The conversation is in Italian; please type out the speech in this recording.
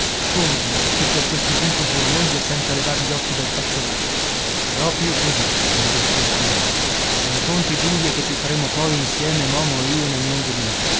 come no fece a questo punto tua moglie senza levar gli occhi dal fazzoletto proprio così le ho risposto io son conti giulia che ci faremo poi insieme momo e io nel mondo di là